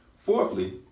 Fourthly